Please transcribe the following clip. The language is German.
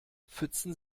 pfützen